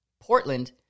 Portland